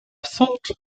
thought